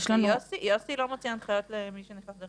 יש לנו --- יוסי לא מוציא הנחיות למי שנכנס --- טוב,